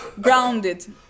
grounded